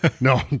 No